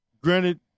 Granted